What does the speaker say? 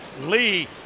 Lee